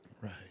Right